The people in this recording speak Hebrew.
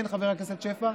כן, חבר הכנסת שפע?